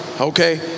okay